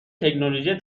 تکنولوژی